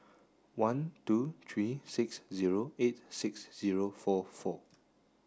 one two three six zero eight six zero four four